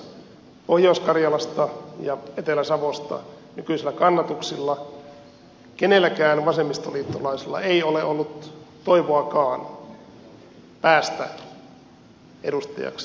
tosiasiassa pohjois karjalasta ja etelä savosta nykyisillä kannatuksilla kenelläkään vasemmistoliittolaisella ei ole ollut toivoakaan päästä edustajaksi